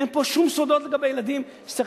אין פה שום סודות לגבי ילדים שצריך